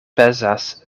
pezas